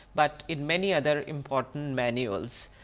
but in many other important manuals.